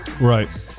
Right